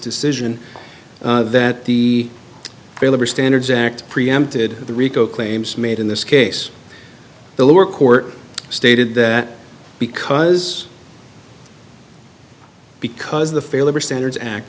decision that the fair labor standards act preempted the rico claims made in this case the lower court stated that because because of the fair labor standards act